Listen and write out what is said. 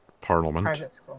parliament